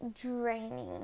draining